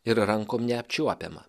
ir rankom neapčiuopiama